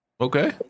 okay